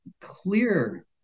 clear